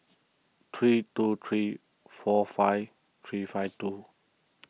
three two three four five three five two